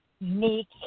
meek